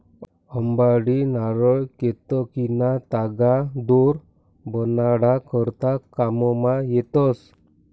अंबाडी, नारय, केतकीना तागा दोर बनाडा करता काममा येतस